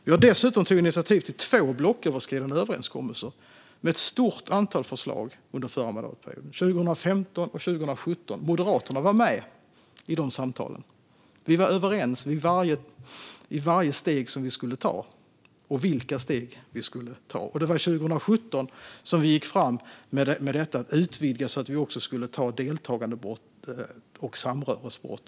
Vi tog dessutom initiativ till två blocköverskridande överenskommelser med ett stort antal förslag under förra mandatperioden, 2015 och 2017. Moderaterna var med i dessa samtal. Vi var överens i varje steg som vi skulle ta och om vilka steg vi skulle ta. Det var 2017 som vi gick fram med detta utvidgande så att vi också skulle ta med deltagandebrott och samröresbrott.